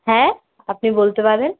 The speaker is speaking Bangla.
হ্যাঁ আপনি বলতে পারেন